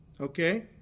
Okay